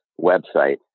website